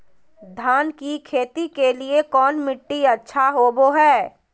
धान की खेती के लिए कौन मिट्टी अच्छा होबो है?